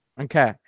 Okay